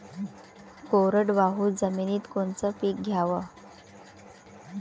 कोरडवाहू जमिनीत कोनचं पीक घ्याव?